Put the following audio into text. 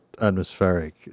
atmospheric